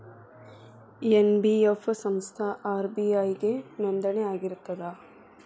NBF ಸಂಸ್ಥಾ RBI ಗೆ ನೋಂದಣಿ ಆಗಿರ್ತದಾ?